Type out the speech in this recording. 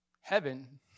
Heaven